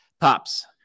Pops